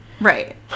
Right